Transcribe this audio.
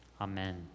Amen